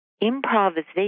improvisation